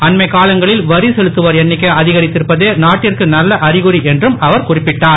அண்மைக் காலங்களில் வரி செலுத்துவோர் எண்ணிக்கை அதிகரித்திருப்பது நாட்டிற்கு நல்ல அறிகுறி என்றும் அவர் குறிப்பிட்டார்